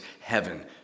heaven